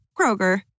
Kroger